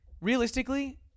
realistically